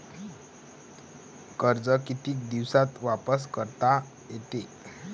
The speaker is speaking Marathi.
कर्ज कितीक दिवसात वापस करता येते?